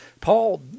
Paul